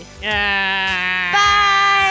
Bye